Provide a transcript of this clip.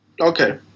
Okay